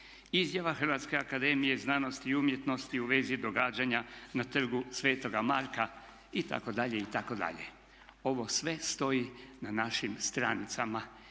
Izjava Hrvatske akademije znanosti i umjetnosti u vezi događanja na trgu Sv. Marka itd. itd. Ovo sve stoji na našim stranicama